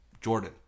Jordan